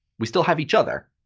we still have each other.